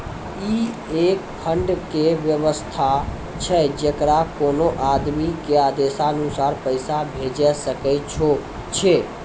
ई एक फंड के वयवस्था छै जैकरा कोनो आदमी के आदेशानुसार पैसा भेजै सकै छौ छै?